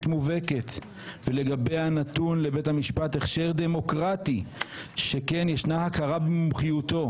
מובהקת ולגביה נתון לבית המשפט הכשר דמוקרטי שכן ישנה הכרה במומחיותו.